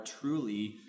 truly